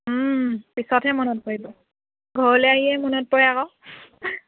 পিছতহে মনত পৰিব ঘৰলৈ আহিহে মনত পৰে আকৌ